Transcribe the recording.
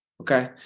Okay